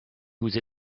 whose